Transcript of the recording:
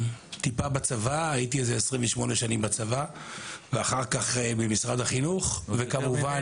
הייתי 28 שנים בצבא, אחר כך במשרד החינוך, וכמובן